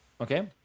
okay